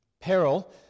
Peril